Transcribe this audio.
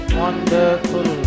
wonderful